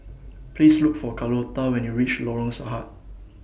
Please Look For Carlota when YOU REACH Lorong Sarhad